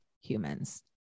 humans